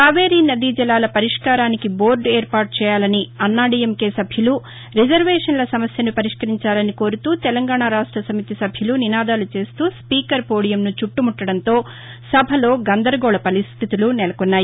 కావేరీ నదీ జలాల పరిష్కారానికి బోర్డు ఏర్పాటు చేయాలని అన్నాడీఎంకే సభ్యులు రిజర్వేషన్ల సమస్యను పరిష్కరించాలని కోరుతూ తెలంగాణ రాష్ట సమితి సభ్యులు నినాదాలు చేస్తూ స్పీకర్ పోడియంను చుట్టముట్టడంతో సభలో గందరగోళ పరిస్టితులు నెలకొన్నాయి